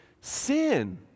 sin